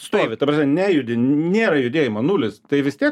stovi ta prasme nejudi nėra judėjimo nulis tai vis tiek